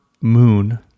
moon